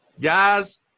Guys